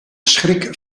schrik